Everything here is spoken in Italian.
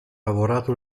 lavorato